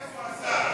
איפה השר?